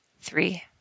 three